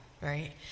right